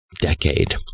decade